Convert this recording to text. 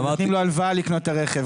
נותנים לו הלוואה לקנות את הרכב,